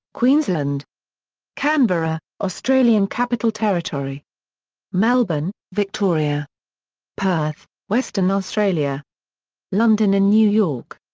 queensland canberra, australian capital territory melbourne, victoria perth, western australia london and new york.